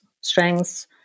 strengths